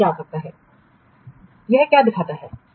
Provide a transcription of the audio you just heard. SV EV PV यह क्या दिखाता है